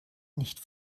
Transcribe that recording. nicht